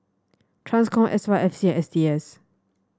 Transcom S Y F C and S T S